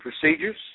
procedures